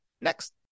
next